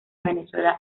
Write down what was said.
venezuela